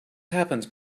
happened